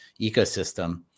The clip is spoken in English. ecosystem